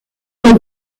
est